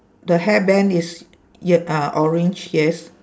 the hairband is ye~ ah orange yes